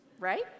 right